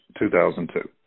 2002